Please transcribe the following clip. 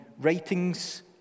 writings